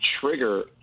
trigger